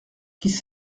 qui